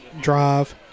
drive